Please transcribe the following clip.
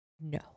No